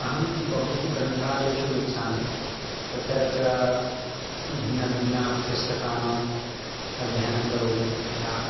अहं बहुषु ग्रन्थालयेषु गच्छामि तत्र च भिन्नभिन्नपुस्तकानाम् अध्ययनं करोमि यथा